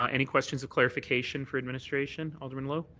um any questions of clarification for administration? alderman lowe?